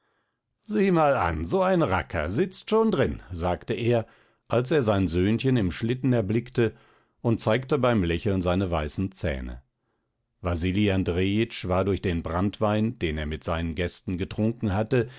sieh mal an so ein racker sitzt schon drin sagte er als er sein söhnchen im schlitten erblickte und zeigte beim lächeln seine weißen zähne wasili andrejitsch war durch den branntwein den er mit seinen gästen getrunken hatte